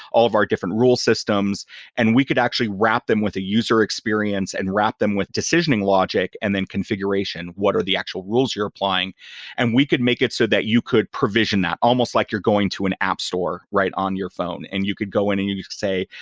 all of our different rule systems and we could actually wrap them with a user experience and wrap them with decisioning logic and then configuration what are the actual rules you're applying and we could make it so that you could provision that, almost like you're going to an app store right on your phone and you could go in and you can say,